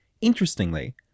Interestingly